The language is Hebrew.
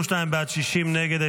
52 בעד, 60 נגד.